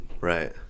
Right